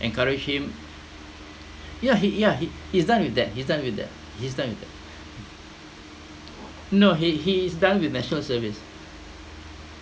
encourage him yeah he yeah he he's done with that he's done with that he's done with that no he he is done with national service